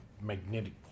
magnetic